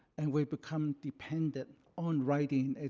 and we become dependent on writing.